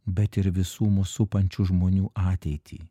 bet ir visų mus supančių žmonių ateitį